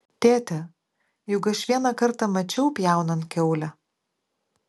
tėte juk aš vieną kartą mačiau pjaunant kiaulę